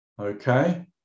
Okay